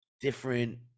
different